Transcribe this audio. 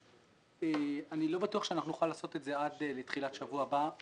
אני לא בטוח שנוכל לעשות את זה עד לתחילת שבוע הבא.